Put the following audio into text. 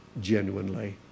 genuinely